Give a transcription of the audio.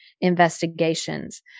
investigations